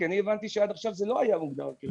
כי אני הבנתי שעד עכשיו זה לא היה מוגדר כארגון יציג.